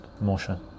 motion